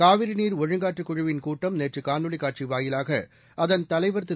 காவிரி நீர் ஒழுங்காற்றுக் குழுவின் கூட்டம் நேற்று காணொலிக் காட்சி வாயிலாக அதன் தலைவர் திரு